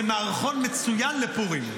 זה מערכון מצוין לפורים.